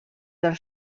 del